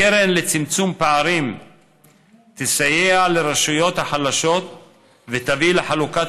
הקרן לצמצום פערים תסייע לרשויות החלשות ותביא לחלוקת